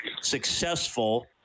successful